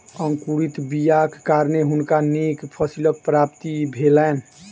अंकुरित बीयाक कारणें हुनका नीक फसीलक प्राप्ति भेलैन